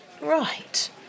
Right